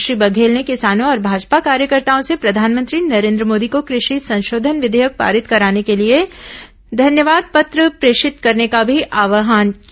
श्री बघेल ने किसानों और भाजपा कार्यकर्ताओं से प्रधानमंत्री नरेन्द्र मोदी को कृषि संशोधन विधेयक पारित कराने के लिए धन्यवाद पत्र प्रेषित करने का भी आव्हान किया